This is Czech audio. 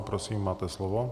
Prosím, máte slovo.